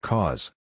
Cause